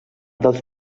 dels